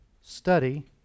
study